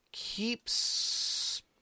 keeps